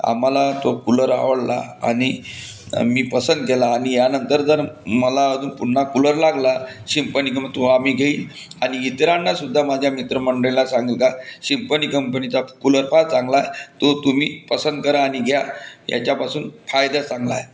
आम्हाला तो कूलर आवडला आणि मी पसंत केला आणि यानंतर जर मला अजून पुन्हा कूलर लागला सिम्पनी घेऊन तो आम्ही घेईन आणि इतरांना सुध्दा माझ्या मित्र मंडळीला सांगा सिम्पनी कंपनीचा कूलर फार चांगला आहे तो तुम्ही पसंत करा आणि घ्या याच्यापासून फायदा चांगला आहे